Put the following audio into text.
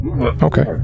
Okay